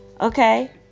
Okay